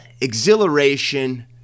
exhilaration